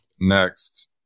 next